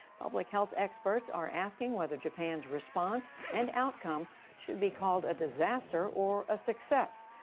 public health experts are asking whether japan's response and outcome should be called a disaster or a success.